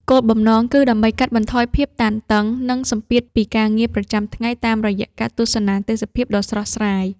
គោលបំណងគឺដើម្បីកាត់បន្ថយភាពតានតឹង និងសម្ពាធពីការងារប្រចាំថ្ងៃតាមរយៈការទស្សនាទេសភាពដ៏ស្រស់ស្រាយ។